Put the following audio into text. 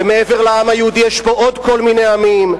ומעבר לעם היהודי יש פה עוד כל מיני עמים.